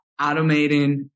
automating